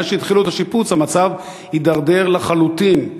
מאז שהתחילו את השיפוץ המצב הידרדר לחלוטין.